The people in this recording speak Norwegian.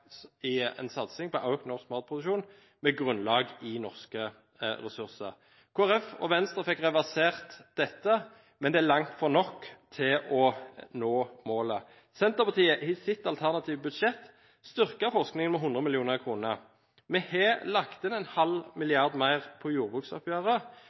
i en satsing på økt norsk matproduksjon med grunnlag i norske ressurser. Kristelig Folkeparti og Venstre fikk reversert dette, men det er langt fra nok til å nå målet. Senterpartiet har i sitt alternative budsjett styrket forskningen med 100 mill. kr. Vi har lagt inn